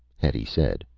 hetty said,